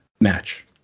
match